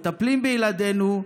מטפלים בילדינו,